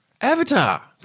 Avatar